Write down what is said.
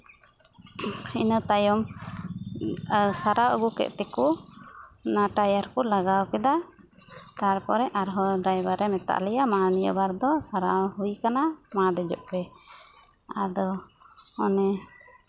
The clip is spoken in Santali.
ᱤᱱᱟᱹ ᱛᱟᱭᱚᱢ ᱥᱟᱨᱟᱣ ᱟᱹᱜᱩ ᱠᱮᱫ ᱛᱮᱠᱚ ᱚᱱᱟ ᱴᱟᱭᱟᱨ ᱠᱚ ᱞᱟᱜᱟᱣ ᱠᱮᱫᱟ ᱛᱟᱨᱯᱚᱨᱮ ᱟᱨᱦᱚᱸ ᱰᱟᱭᱵᱟᱨᱮ ᱢᱮᱛᱟᱫ ᱞᱮᱭᱟ ᱢᱟ ᱱᱤᱭᱟᱹᱵᱟᱨ ᱫᱚ ᱥᱟᱨᱟᱣ ᱦᱩᱭ ᱠᱟᱱᱟ ᱢᱟ ᱫᱮᱡᱚᱜ ᱯᱮ ᱟᱫᱚ ᱚᱱᱮ